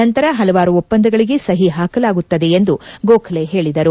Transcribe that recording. ನಂತರ ಹಲವಾರು ಒಪ್ಪಂದಗಳಿಗೆ ಸಹಿ ಹಾಕಲಾಗುತ್ತದೆ ಎಂದು ಗೋಖಲೆ ಹೇಳಿದರು